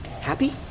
happy